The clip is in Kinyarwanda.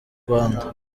rwanda